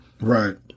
Right